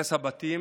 הרס הבתים